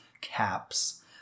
caps